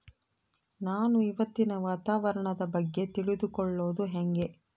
ನಾನು ಇವತ್ತಿನ ವಾತಾವರಣದ ಬಗ್ಗೆ ತಿಳಿದುಕೊಳ್ಳೋದು ಹೆಂಗೆ?